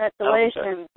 Congratulations